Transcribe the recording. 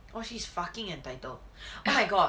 well she's fucking entitled oh my god